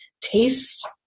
taste